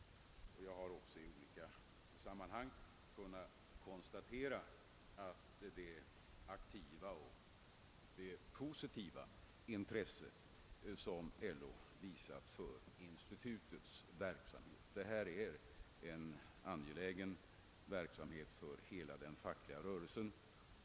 Jag har i olika sammanhang kunnat konstatera det aktiva och positiva intresse som LO visat för denna verksamhet, som är angelägen för hela den fackliga rörelsen.